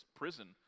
prison